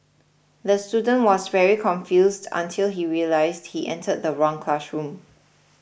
the student was very confused until he realised he entered the wrong classroom